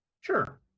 Sure